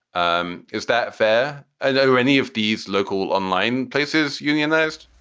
um is that fair? and are any of these local online places unionized?